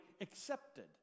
accepted